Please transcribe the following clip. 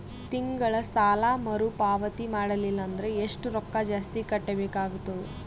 ತಿಂಗಳ ಸಾಲಾ ಮರು ಪಾವತಿ ಮಾಡಲಿಲ್ಲ ಅಂದರ ಎಷ್ಟ ರೊಕ್ಕ ಜಾಸ್ತಿ ಕಟ್ಟಬೇಕಾಗತದ?